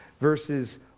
verses